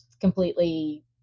completely